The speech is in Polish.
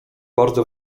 bardzo